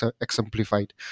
exemplified